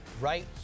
right